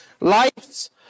life's